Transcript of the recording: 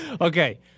Okay